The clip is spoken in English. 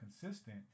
consistent